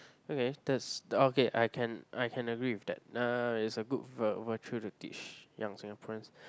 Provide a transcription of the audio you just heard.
okay that's okay I can I can agree with that is a good vir~ virtue to teach young Singaporeans